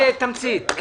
בתמצית.